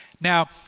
Now